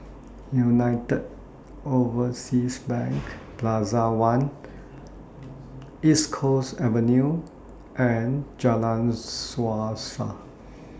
United Overseas Bank Plaza one East Coast Avenue and Jalan Suasa